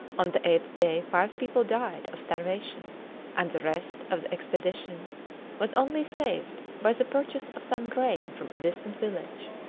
on the eighth day five people died of starvation and the rest of the expedition was only saved by the purchase of some grain from a distant village.